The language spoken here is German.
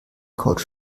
couch